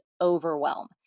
overwhelm